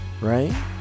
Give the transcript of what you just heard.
right